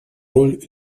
роль